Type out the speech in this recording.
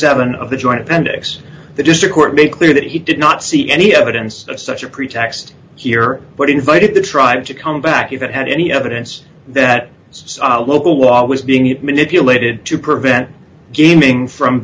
seven of the joint appendix the district court made clear that he did not see any evidence of such a pretext here but invited the tried to come back if it had any evidence that local law was being manipulated to prevent gaming from